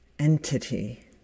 entity